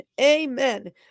amen